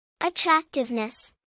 Attractiveness